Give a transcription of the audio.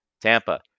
Tampa